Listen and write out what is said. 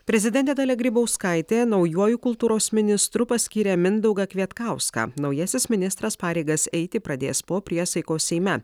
prezidentė dalia grybauskaitė naujuoju kultūros ministru paskyrė mindaugą kvietkauską naujasis ministras pareigas eiti pradės po priesaikos seime